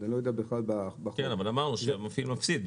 כן, אבל אמרנו שהמפעיל מפסיד.